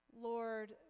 Lord